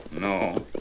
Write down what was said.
No